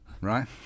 right